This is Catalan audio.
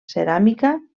ceràmica